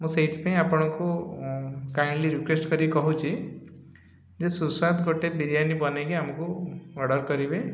ମୁଁ ସେଇଥିପାଇଁ ଆପଣଙ୍କୁ କାଇଣ୍ଡଲି ରିିକ୍ୱେଷ୍ଟ କରିକି କହୁଛି ଯେ ସୁସ୍ୱାଦୁ ଗୋଟେ ବିରିୟାନୀ ବନେଇକି ଆମକୁ ଅର୍ଡ଼ର କରିବେ